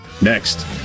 next